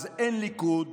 אז אין ליכוד.